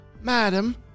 Madam